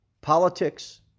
Politics